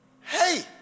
Hey